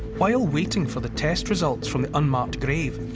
while waiting for the test results from the unmarked grave,